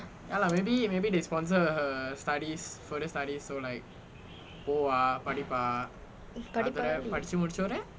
படிப்பா:padippaa